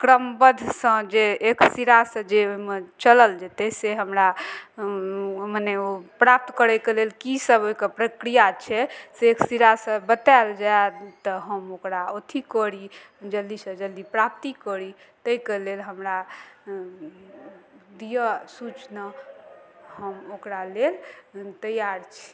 क्रमबद्धसँ जे एक सिरासँ जे ओइमे चलल जेतय से हमरा मने ओ प्राप्त करयके लेल की सब ओइके प्रक्रिया छै से एक सिरासँ बतैल जाइ तऽ हम ओकरा अथी करी जल्दीसँ जल्दी प्राप्ति करी तैके लेल हमरा दिअ सूचना हम ओकरा लेल तैयार छी